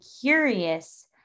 curious